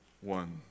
one